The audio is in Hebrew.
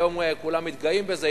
היום כולם מתגאים בזה,